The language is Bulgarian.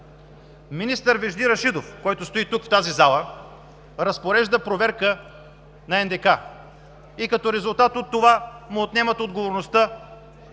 Министър Вежди Рашидов, който стои тук, в тази зала, разпорежда проверка на НДК и като резултат от това му отнемат отговорността